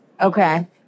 Okay